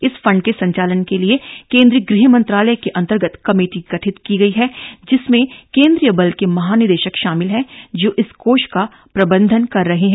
इस फंड के संचालन के लिए केंद्रीय गृह मंत्रालय के अंतर्गत कमेटी गठित की गई है जिसमें केंद्रीय बल के महानिदेशक शामिल हैं जो इस कोष का प्रबंधन कर रहे हैं